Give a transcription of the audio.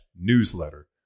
newsletter